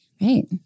right